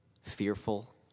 fearful